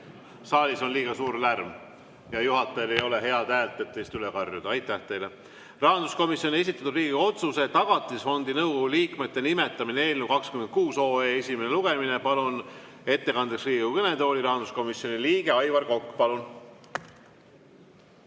Saalis on liiga suur lärm ja juhatajal ei ole head häält, et teist üle karjuda. Aitäh teile! Rahanduskomisjoni esitatud Riigikogu otsuse "Tagatisfondi nõukogu liikmete nimetamine" eelnõu 26 esimene lugemine. Palun ettekandeks Riigikogu kõnetooli, rahanduskomisjoni liige Aivar Kokk!